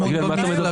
תגיד על מה אתה מדבר.